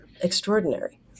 extraordinary